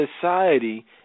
society